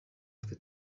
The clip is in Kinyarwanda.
nitwe